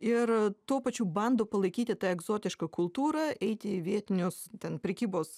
ir tuo pačiu bando palaikyti tą egzotišką kultūrą eiti į vietinius ten prekybos